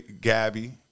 Gabby